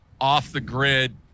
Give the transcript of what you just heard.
off-the-grid